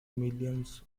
millions